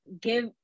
give